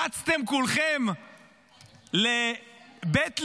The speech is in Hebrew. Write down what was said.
רצתם כולכם לבית ליד,